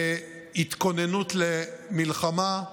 להתכוננות למלחמה,